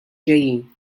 ġejjin